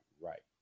Right